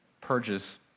purges